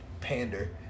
pander